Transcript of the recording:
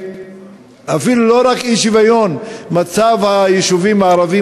אפילו לא רק אי-שוויון: מצב היישובים הערביים